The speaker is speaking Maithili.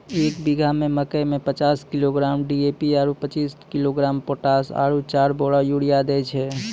एक बीघा मे मकई मे पचास किलोग्राम डी.ए.पी आरु पचीस किलोग्राम पोटास आरु चार बोरा यूरिया दैय छैय?